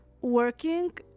working